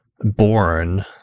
Born